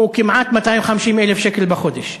כמעט 250,000 שקל בחודש.